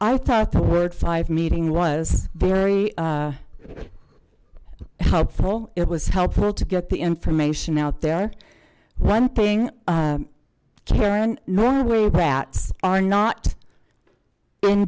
i thought the word five meeting was very helpful it was helpful to get the information out there one thing karen norway rats are not ind